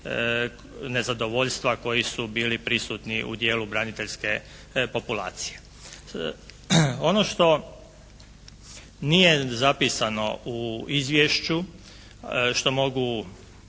nezadovoljstva koji su bili prisutni u djelu braniteljske populacije. Ono što nije zapisano u izvješću, što mogu